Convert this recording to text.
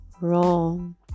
wrong